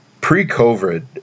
pre-COVID